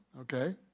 okay